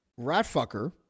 Ratfucker